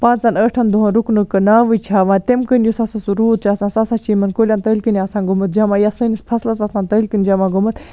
پانٛژھن ٲٹھن دۄہن رُکنُک ناوٕے چھُ ہیٚوان تَمہ کُے یُس ہَسا سُہ روٗد چھُ آسان سُہ ہَسا چھُ یِمن کُلٮ۪ن تٔلۍ کِنۍ آسان گوٚمُت جمع یا سٲنِس فصلس آسان تٔلۍ کنۍ جَمع گوٚمُت